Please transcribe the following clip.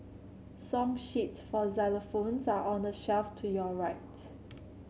song sheets for xylophones are on the shelf to your rights